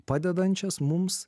padedančias mums